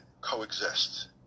coexist